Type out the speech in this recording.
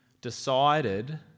decided